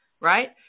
right